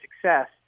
success